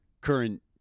current